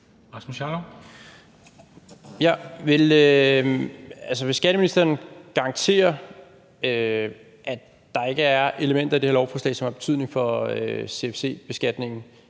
Vil skatteministeren garantere, at der ikke er elementer i det her lovforslag, som har betydning for CFC-beskatningen,